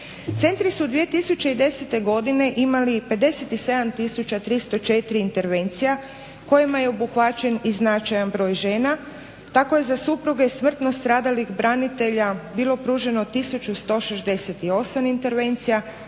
Centri su 2010. godine imali 57 304 intervencija, kojima je obuhvaćen i značajan broj žena. Tako je za supruge smrtno stradalih branitelja bilo pruženo 1168 intervencija,